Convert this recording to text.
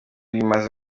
rimaze